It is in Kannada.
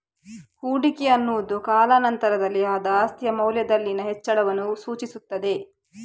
ಹೂಡಿಕೆ ಅನ್ನುದು ಕಾಲಾ ನಂತರದಲ್ಲಿ ಆದ ಆಸ್ತಿಯ ಮೌಲ್ಯದಲ್ಲಿನ ಹೆಚ್ಚಳವನ್ನ ಸೂಚಿಸ್ತದೆ